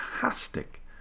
fantastic